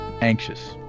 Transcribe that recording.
anxious